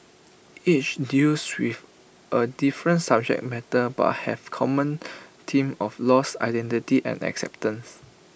each deals with A different subject matter but have common themes of loss identity and acceptance